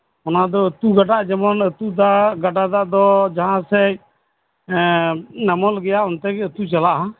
ᱚᱱᱟᱫᱚ ᱟᱹᱛᱩ ᱦᱚᱲᱟᱜ ᱡᱮᱢᱚᱱ ᱟᱹᱛᱩ ᱫᱟᱜ ᱜᱟᱰᱟ ᱫᱟᱜ ᱫᱚ ᱡᱟᱦᱟᱸᱥᱮᱫ ᱱᱟᱢᱟᱞ ᱜᱮᱭᱟ ᱚᱱᱛᱮ ᱜᱮ ᱟᱹᱛᱩᱜ ᱟ